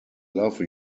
love